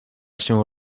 się